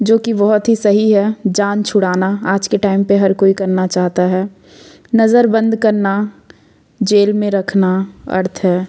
जो कि बहुत ही सही है जान छुड़ाना आज के टाइम पर हर कोई करना चाहता है नजरबंद करना जेल में रखना अर्थ है